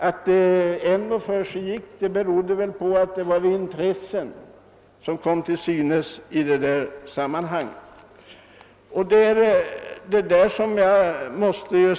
Att det ändå inträffade berodde väl på att vissa intressen kom till synes i detta sammanhang.